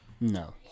No